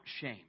shame